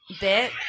bit